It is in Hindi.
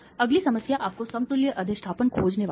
अगली समस्या आपको समतुल्य अधिष्ठापन खोजने वाली है